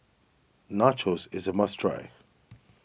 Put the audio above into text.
Nachos is a must try